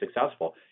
successful